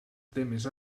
temes